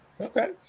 Okay